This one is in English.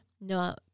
No